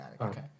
Okay